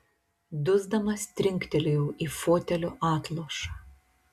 dusdamas trinktelėjau į fotelio atlošą